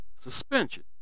suspension